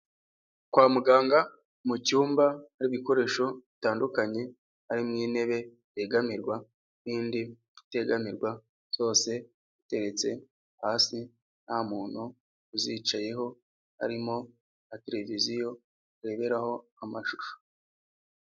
Kwa muganga mu cyumba hari ibikoresho bitandukanye, harimo intebe yegamirwa n'indi iteganirwa, zose ziteretse hasi ntamuntu uzicayeho, harimo na televiziyo bareberaho amashusho.